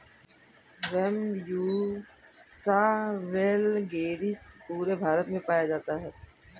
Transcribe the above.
Bambusa वैलगेरिस पूरे भारत में पाया जाता है